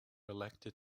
elected